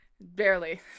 Barely